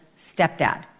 stepdad